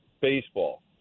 baseball